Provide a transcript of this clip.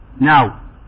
Now